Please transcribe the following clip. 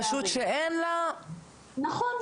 רשות שאין לה --- נכון.